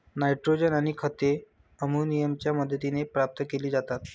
nitrogen आणि खते अमोनियाच्या मदतीने प्राप्त केली जातात